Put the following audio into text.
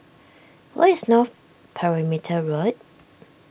where is North Perimeter Road